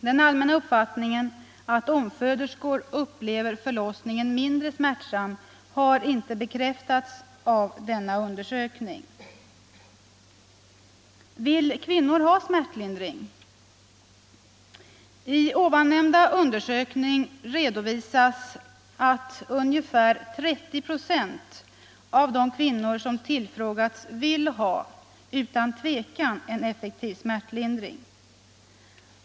Den allmänna uppfattningen att omföderskor upplever förlossningen som mindre smärtsam har inte bekräftats av denna undersökning. Vill kvinnor ha smärtlindring? I den nämnda undersökningen redovisas att ungefär 30 procent av de kvinnor som tillfrågats vill ha, utan tvekan, en effektiv smärtlindring.